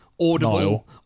Audible